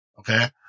Okay